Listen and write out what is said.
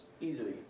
Easily